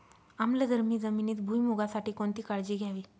आम्लधर्मी जमिनीत भुईमूगासाठी कोणती काळजी घ्यावी?